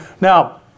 Now